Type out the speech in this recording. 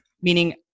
Meaning